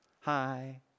hi